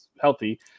healthy